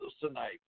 tonight